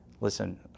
listen